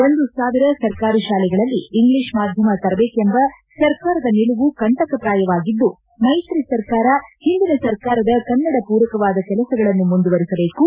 ಒಂದು ಸಾವಿರ ಸರ್ಕಾರಿ ಶಾಲೆಗಳಲ್ಲಿ ಇಂಗ್ಲಿಷ್ ಮಾಧ್ಯಮ ತರಬೇಕೆಂಬ ಸರ್ಕಾರದ ನಿಲುವು ಕಂಟಕಪ್ರಾಯವಾಗಿದ್ದುಮೈತ್ರಿ ಸರ್ಕಾರ ಹಿಂದಿನ ಸರ್ಕಾರದ ಕನ್ನಡ ಪೂರಕವಾದ ಕೆಲಸಗಳನ್ನು ಮುಂದುವರಿಸಬೇಕು